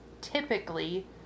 typically